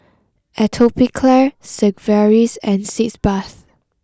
Atopiclair Sigvaris and Sitz bath